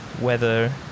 weather